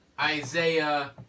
Isaiah